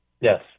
Yes